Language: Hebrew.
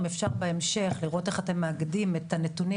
אם אפשר בהמשך לראות איך אתם מאגדים את הנתונים